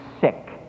sick